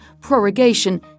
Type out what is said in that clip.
prorogation –